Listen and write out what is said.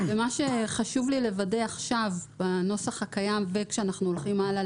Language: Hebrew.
ומה שחשוב לי לוודא בנוסח הקיים וכשאנחנו הולכים הלאה